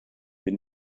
wir